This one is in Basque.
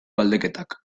galdeketak